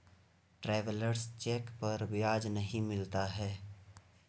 travellers cheque पर ब्याज नहीं मिलता है